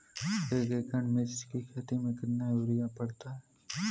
एक एकड़ मिर्च की खेती में कितना यूरिया पड़ता है?